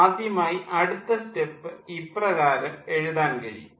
ആദ്യമായി അടുത്ത സ്റ്റെപ്പ് ഇപ്രകാരം എഴുതാൻ കഴിയും